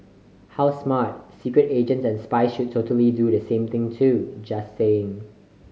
how smart secret agents and spies should totally do the same too just saying